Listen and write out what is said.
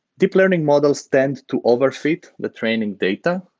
deep learning models tend to overfeed the training data.